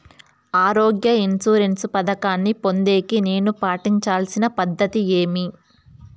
ఆరోగ్య ఇన్సూరెన్సు పథకాన్ని పొందేకి నేను పాటించాల్సిన పద్ధతి ఏమి?